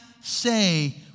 say